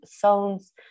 zones